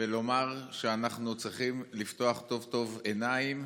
ולומר שאנו צריכים לפקוח טוב-טוב עיניים.